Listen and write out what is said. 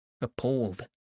appalled